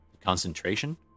concentration